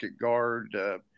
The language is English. guard